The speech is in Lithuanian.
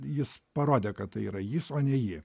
jis parodė kad tai yra jis o ne ji